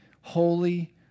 holy